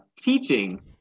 teaching